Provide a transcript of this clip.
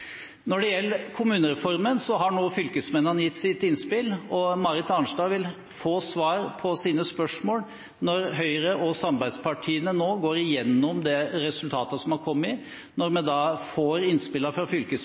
Når det gjelder kommunereformen, har fylkesmennene gitt sine innspill, og Marit Arnstad vil få svar på sine spørsmål når Høyre og samarbeidspartiene nå går igjennom de resultatene som har kommet. Når vi får innspillene fra